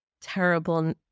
terrible